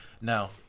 Now